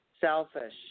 selfish